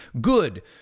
Good